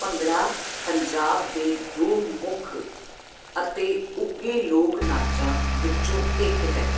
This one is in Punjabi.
ਭੰਗੜਾ ਪੰਜਾਬ ਦੇ ਦੋ ਮੁੱਖ ਅਤੇ ਉੱਘੇ ਲੋਕ ਨਾਚਾਂ ਵਿੱਚੋਂ ਇੱਕ ਹੈ